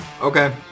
Okay